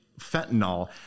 fentanyl